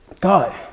God